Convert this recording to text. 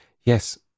Yes